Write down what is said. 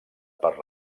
per